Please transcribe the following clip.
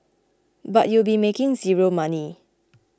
but you'll be making zero money